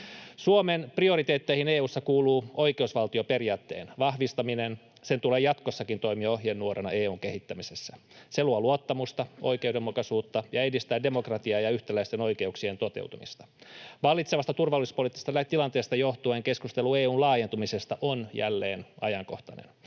Suomen prioriteetteihin EU:ssa kuuluu oikeusvaltioperiaatteen vahvistaminen. Sen tulee jatkossakin toimia ohjenuorana EU:n kehittämisessä. Se luo luottamusta, oikeudenmukaisuutta ja edistää demokratiaa ja yhtäläisten oikeuksien toteutumista. Vallitsevasta turvallisuuspoliittisesta tilanteesta johtuen keskustelu EU:n laajentumisesta on jälleen ajankohtainen.